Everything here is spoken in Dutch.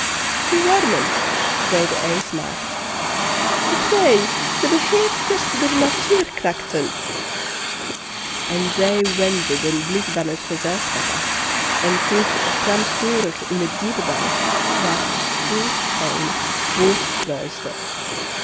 wormen zei de ijsmaagd gij de beheerschers der natuurkrachten en zij wendde den blik van het gezelschap af en keek gramstorig in het diepe dal waar de spoortrein